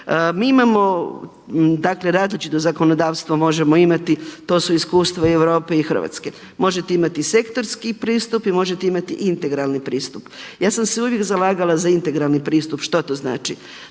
Mi imamo, dakle različito zakonodavstvo možemo imati to su iskustva i Europe i Hrvatske. Možete imati i sektorski pristup i možete imati integralni pristup. Ja sam se uvijek zalagala za integralni pristup. Što to znači?